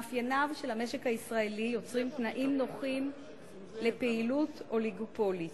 מאפייניו של המשק הישראלי יוצרים תנאים נוחים לפעילות אוליגופולית.